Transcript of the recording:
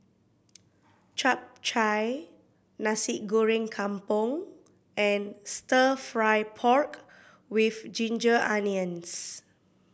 Chap Chai Nasi Goreng Kampung and Stir Fry pork with ginger onions